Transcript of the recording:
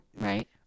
Right